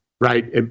right